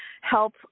help